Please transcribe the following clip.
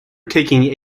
taking